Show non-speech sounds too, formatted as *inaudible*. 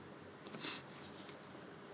*breath*